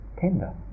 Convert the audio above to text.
tender